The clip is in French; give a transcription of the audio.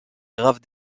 grave